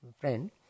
friend